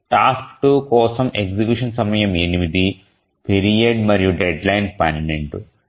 task 2 కోసం execution సమయం 8 period మరియు డెడ్లైన్ 12